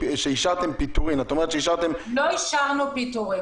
את אומרת שאישרתם --- לא אישרנו פיטורים.